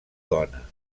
dona